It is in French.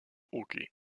hockey